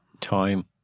Time